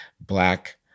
Black